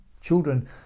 children